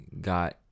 got